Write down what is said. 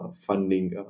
funding